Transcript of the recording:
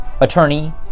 attorney